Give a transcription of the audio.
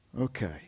Okay